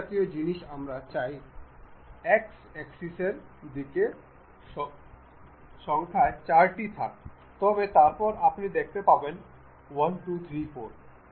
এখানে আমরা যে পরবর্তী ধরণের মেট দেখতে পাচ্ছি তা হল কনসেন্ট্রিক মেট